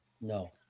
No